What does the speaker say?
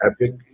epic